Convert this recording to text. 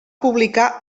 publicar